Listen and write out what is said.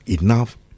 enough